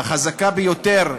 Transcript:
החזקה ביותר,